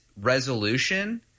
resolution